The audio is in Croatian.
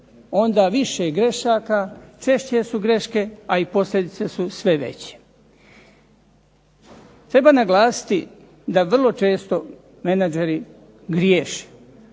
onda više grešaka, češće su greške, a i posljedice su sve veće. Treba naglasiti da vrlo često menadžeri griješe,